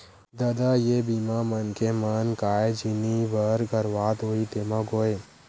ददा ये बीमा मनखे मन काय जिनिय बर करवात होही तेमा गोय?